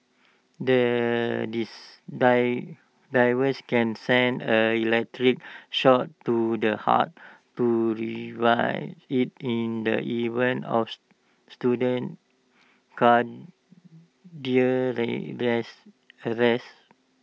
the device can send an electric shock to the heart to revive IT in the event of student cardiac rest arrest